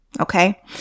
okay